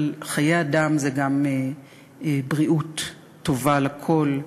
אבל חיי אדם זה גם בריאות טובה לכול,